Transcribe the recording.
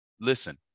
listen